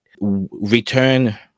return